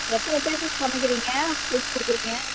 எத்தனை பேருக்கு சமைக்கிறிங்க லிஸ்ட் கொடுக்குறிங்க